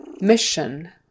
mission